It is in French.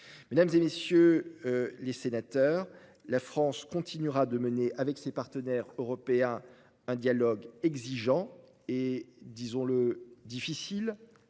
Mesdames, messieurs les sénateurs, la France continuera de mener avec ses partenaires européens un dialogue exigeant et- disons-le -difficile